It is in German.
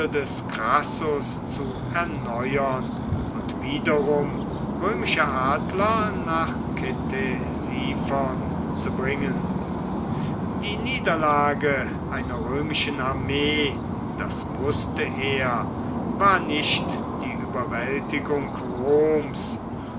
des crassus zu erneuern und wiederum römische adler nach ktesiphon zu bringen die niederlage einer römischen armee das wußte er war nicht die überwältigung roms